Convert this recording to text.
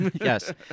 Yes